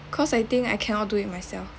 cause I think I cannot do it myself